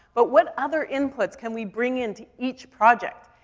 but what other inputs can we bring into each project?